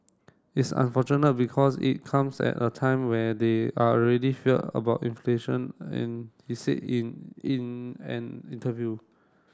it's unfortunate because it comes at a time where they are already fear about inflation and he said in in an interview